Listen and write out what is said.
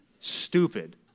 Stupid